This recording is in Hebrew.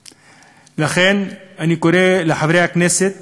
לכן, אני קורא לחברי הכנסת